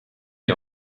die